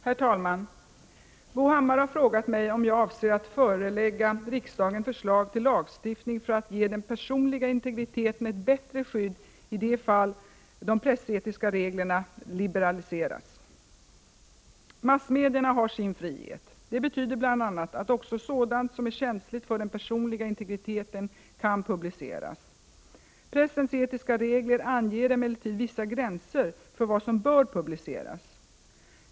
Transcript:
Herr talman! Bo Hammar har frågat mig om jag avser att förelägga riksdagen förslag till lagstiftning för att ge den personliga integriteten ett bättre skydd i det fall de pressetiska reglerna liberaliseras. Massmedierna har sin frihet. Det betyder bl.a. att också sådant som är känsligt för den personliga integriteten kan publiceras. Pressens etiska regler anger emellertid vissa gränser för vad som bör publiceras.